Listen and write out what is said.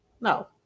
no